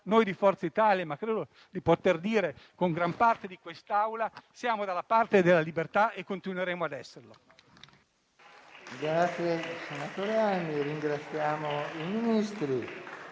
noi di Forza Italia, ma credo di poter dire gran parte di quest'Assemblea, siamo dalla parte della libertà e continueremo ad esserlo.